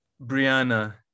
Brianna